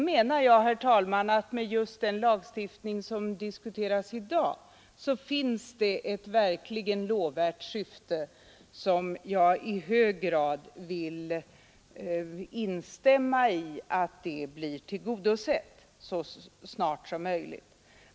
Med den lagstiftning som diskuteras i dag finns det verkligen ett lovvärt syfte, och jag vill i hög grad instämma i att det bör tillgodoses så snart som möjligt.